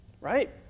right